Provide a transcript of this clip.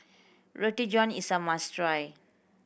Roti John is a must try